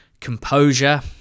composure